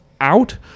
out